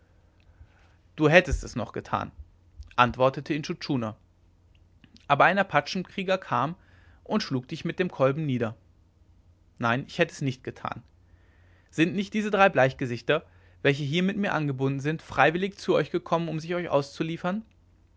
du hättest es noch getan antwortete intschu tschuna aber ein apachenkrieger kam und schlug dich mit dem kolben nieder nein ich hätte es nicht getan sind nicht diese drei bleichgesichter welche hier mit mir angebunden sind freiwillig zu euch gekommen um sich euch auszuliefern